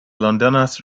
londoners